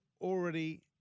already